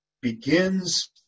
begins